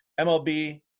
MLB